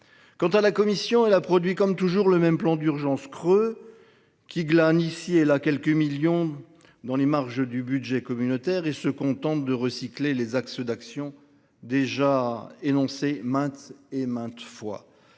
européenne, elle, a produit, comme toujours, le même plan d’urgence creux, glanant ici et là quelques millions d’euros dans les marges du budget communautaire et se contentant de recycler des axes d’action déjà énoncés maintes et maintes fois.